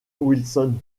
wilson